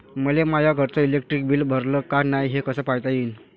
मले माया घरचं इलेक्ट्रिक बिल भरलं का नाय, हे कस पायता येईन?